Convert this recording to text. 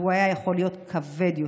והוא היה יכול להיות כבד יותר.